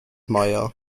meyer